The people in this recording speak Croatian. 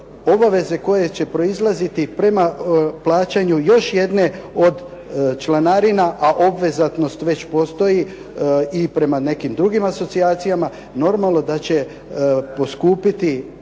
obaveze koje će proizlaziti prema plaćanju još jedne od članarina a obvezatnost već postoji i prema nekim drugim asocijacijama normalno da će poskupiti